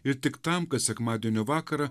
ir tik tam kad sekmadienio vakarą